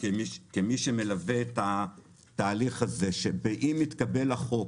כמי שמלווה את התהליך הזה שאם יתקבל החוק